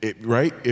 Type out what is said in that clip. Right